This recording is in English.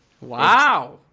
Wow